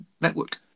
network